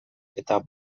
eta